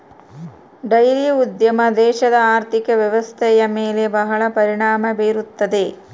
dairy ಉದ್ಯಮ ದೇಶದ ಆರ್ಥಿಕ ವ್ವ್ಯವಸ್ಥೆಯ ಮೇಲೆ ಬಹಳ ಪರಿಣಾಮ ಬೀರುತ್ತದೆ